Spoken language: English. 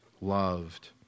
loved